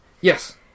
Yes